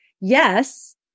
yes